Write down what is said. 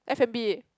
F and B